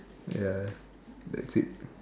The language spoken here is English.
that's it